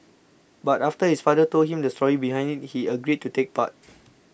but after his father told him the story behind it he agreed to take part